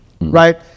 right